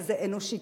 וזה אנושי,